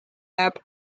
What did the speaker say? jääb